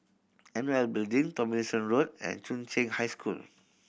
N O L Building Tomlinson Road and Chung Cheng High School